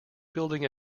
building